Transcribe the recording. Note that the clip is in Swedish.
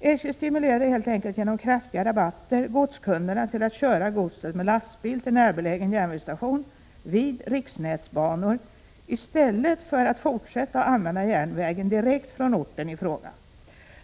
SJ stimulerar helt enkelt genom kraftiga rabatter godskunderna till att köra godset med lastbil till närbelägen järnvägsstation vid riksnätsbanor, i stället för att fortsätta att använda järnvägen direkt från orten i fråga.